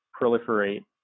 proliferate